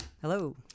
Hello